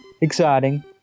exciting